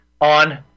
on